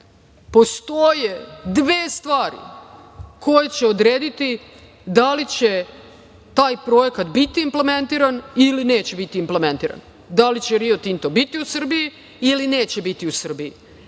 postoje dve stvari koje će odrediti da li će taj projekta biti implementiran ili neće biti implementiran. Da li će Rio Tinto biti u Srbiji ili neće biti u Srbiji.